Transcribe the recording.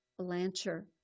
Blancher